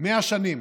100 שנים,